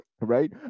Right